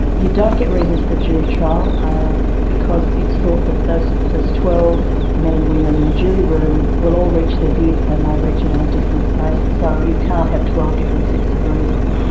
you don't get reasons for a jury trial ah because it's thought that those those twelve men and women in a jury room will all reach their view but they may reach it on a different basis. so you can't have twelve different sets of reasons.